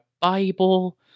bible